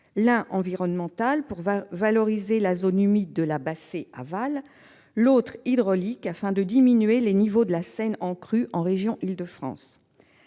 l'un, environnemental, pour valoriser la zone humide de la Bassée aval ; l'autre, hydraulique, afin de diminuer les niveaux de la Seine en crue en région d'Île-de-France.